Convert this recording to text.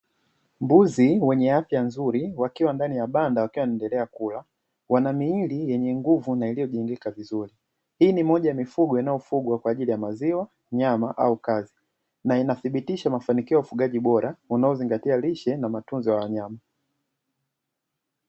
Mbuzi wenye afya nzuri wakiwa ndani ya banda wakiendelea kula, wana miili mizuri na nguvu iliyojengeka vizuri. Hii ni moja ya mifugo inayofugwa kwa ajili ya maziwa, nyama au kazi, ikithibitisha mafanikio ya ufugaji bora unaozingatia rishe na matunzo ya wanyama.